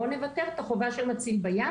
בואו נבטל את החובה של מציל בים,